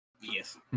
Yes